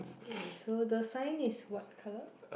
ya so the sign is what colour